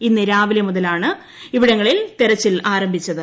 ഇന്ന് രാവിലെ മുതലാണ് ഇവിടങ്ങളിൽ തെരച്ചിൽ ആരംഭിച്ചത്